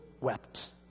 wept